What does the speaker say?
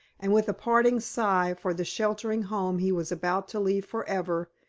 and, with a parting sigh for the sheltering home he was about to leave forever,